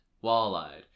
Wall-eyed